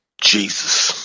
Jesus